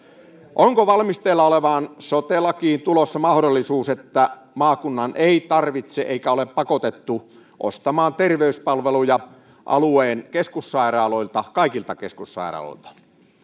onko valmisteilla olevaan sote lakiin tulossa mahdollisuus että maakunnan ei tarvitse ostaa eikä se ole pakotettu ostamaan terveyspalveluja alueen keskussairaaloilta kaikilta keskussairaaloilta